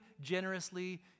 generously